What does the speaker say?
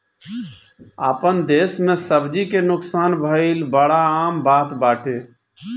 आपन देस में सब्जी के नुकसान भइल बड़ा आम बात बाटे